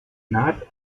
naht